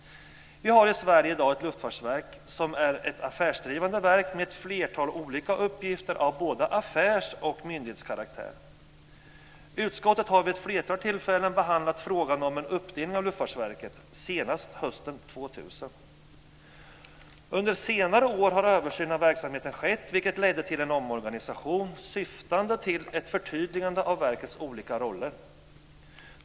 Vi har i Sverige i dag ett luftfartsverk som är ett affärsdrivande verk med ett flertal olika uppgifter av både affärs och myndighetskaraktär. Utskottet har vid ett flertal tillfällen behandlat frågan om en uppdelning av Luftfartsverket, senast hösten 2000. Under senare år har en översyn av verksamheten skett, vilken ledde till en omorganisation syftande till ett förtydligande av verkets olika roller.